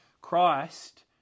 Christ